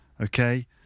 okay